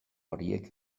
horiek